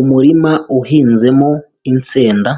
Umurima uhinzemo insenda,